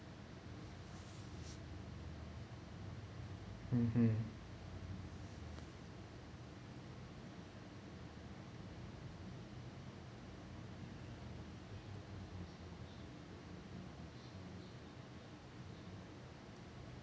mmhmm